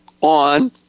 on